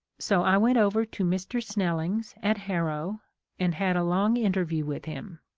so i went over to mr. snelling's at harrow and had a long interview with him,